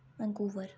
Vancouver